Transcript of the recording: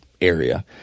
area